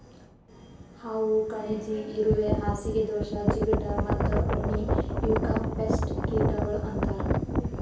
ಹಾವು, ಕಣಜಿ, ಇರುವೆ, ಹಾಸಿಗೆ ದೋಷ, ಚಿಗಟ ಮತ್ತ ಉಣ್ಣಿ ಇವುಕ್ ಪೇಸ್ಟ್ ಕೀಟಗೊಳ್ ಅಂತರ್